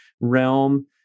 realm